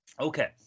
Okay